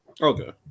Okay